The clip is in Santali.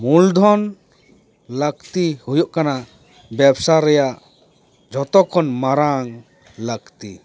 ᱢᱩᱞᱫᱷᱚᱱ ᱞᱟᱹᱠᱛᱤ ᱦᱩᱭᱩᱜ ᱠᱟᱱᱟ ᱵᱮᱵᱽᱥᱟ ᱨᱮᱭᱟᱜ ᱡᱚᱛᱚ ᱠᱷᱚᱱ ᱢᱟᱨᱟᱝ ᱞᱟᱹᱠᱛᱤ